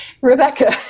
Rebecca